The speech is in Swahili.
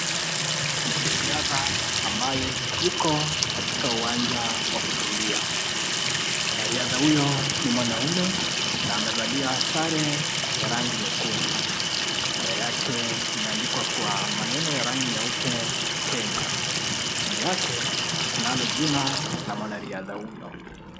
Mwanariadha ambaye yuko katika uwanja wa kukimbia. Mwanariadha huyo ni mwanaume na amevalia sare ya rangi nyekundu. Sare yake imeandikwa kwa maneno ya rangi nyeupe KENYA. Chini yake kunalo jina la mwanariadha huyo.